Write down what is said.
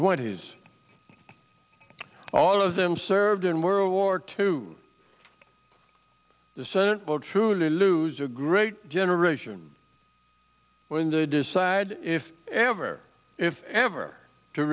twenties all of them served in world war two the senate will truly lose a great generation when they decide if ever if ever to